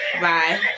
Bye